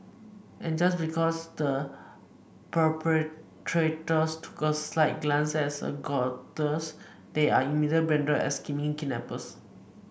and just because the 'perpetrators' took a slight glance at a they are immediately branded as scheming kidnappers